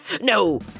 No